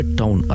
town